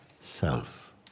self